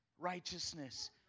righteousness